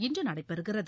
இன்று நடைபெறுகிறது